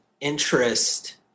interest